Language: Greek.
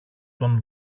τον